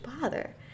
bother